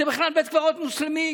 זה בכלל בית קברות מוסלמי,